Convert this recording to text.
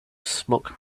smoke